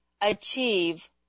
achieve